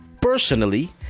personally